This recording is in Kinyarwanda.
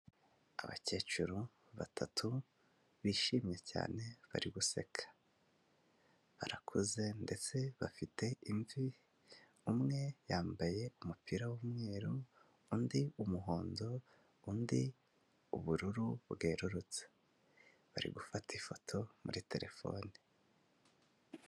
Abakecuru batatu bishimye cyane bari guseka, barakuze ndetse bafite imvi, umwe yambaye umupira w'umweru, undi umuhondo, undi ubururu bwererutse, bari gufata ifoto muri telefone.